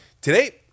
Today